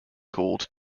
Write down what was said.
called